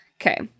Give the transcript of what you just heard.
Okay